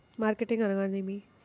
Marketing అనగానేమి?